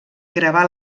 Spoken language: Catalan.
gravar